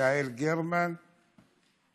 יעל גרמן,